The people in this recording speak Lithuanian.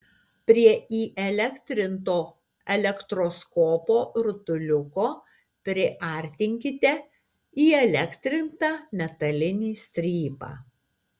prie įelektrinto elektroskopo rutuliuko priartinkite įelektrintą metalinį strypą